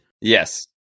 Yes